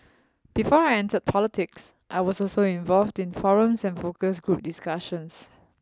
before I entered politics I was also involved in forums and focus group discussions